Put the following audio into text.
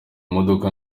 modoka